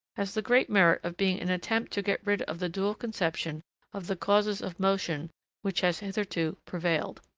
has the great merit of being an attempt to get rid of the dual conception of the causes of motion which has hitherto prevailed.